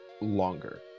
longer